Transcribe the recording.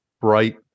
bright